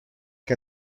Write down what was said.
que